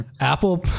Apple